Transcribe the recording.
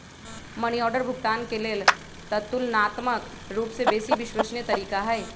money order भुगतान के लेल ततुलनात्मक रूपसे बेशी विश्वसनीय तरीका हइ